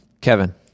Kevin